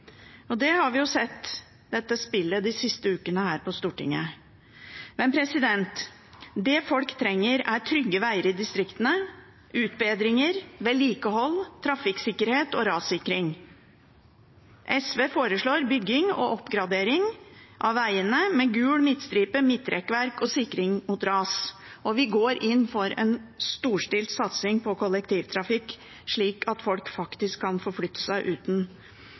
Dette spillet har vi jo sett de siste ukene her på Stortinget. Det folk trenger, er trygge veger i distriktene – utbedringer, vedlikehold, trafikksikkerhet og rassikring. SV foreslår bygging og oppgradering av vegene, med gul midtstripe, midtrekkverk og sikring mot ras. Og vi går inn for en storstilt satsing på kollektivtrafikk, slik at folk faktisk kan forflytte seg uten